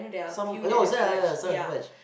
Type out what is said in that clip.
some no yeah yeah some have merged